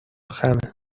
خمه